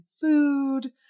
food